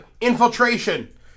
infiltration